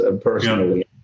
personally